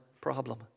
problem